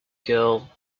girl